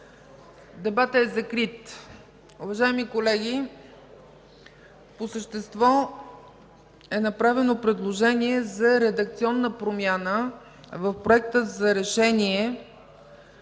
Дебатът е закрит.